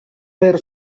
ver